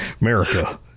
America